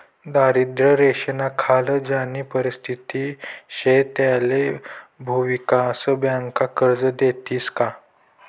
दारिद्र्य रेषानाखाल ज्यानी परिस्थिती शे त्याले भुविकास बँका कर्ज देतीस का?